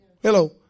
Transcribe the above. Hello